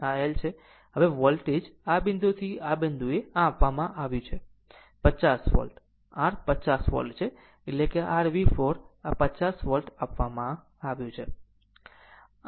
હવે વોલ્ટેજ આ બિંદુથી આ બિંદુએ આ આપવામાં આવ્યું છે 50 વોલ્ટ આ r 50 વોલ્ટ છે એટલે કે r V4 આ 50 વોલ્ટ આપવામાં આવ્યું છે